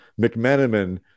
McMenamin